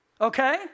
Okay